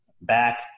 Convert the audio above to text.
back